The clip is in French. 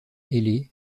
ailé